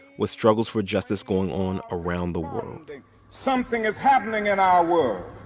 with struggles for justice going on around the world something is happening in our